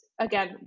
Again